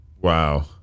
Wow